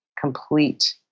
complete